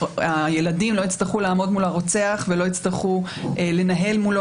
שהילדים לא יצטרכו לעמוד מול הרוצח ולא יצטרכו לנהל מולו